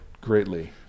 greatly